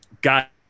got